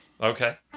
Okay